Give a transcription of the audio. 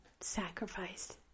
sacrificed